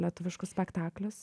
lietuviškus spektaklius